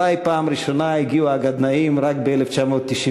אלי בפעם הראשונה הגיעו הגדנ"עים רק ב-1996,